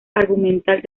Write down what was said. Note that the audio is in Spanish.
argumental